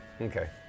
Okay